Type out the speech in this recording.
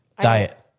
Diet